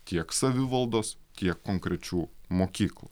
tiek savivaldos tiek konkrečių mokyklų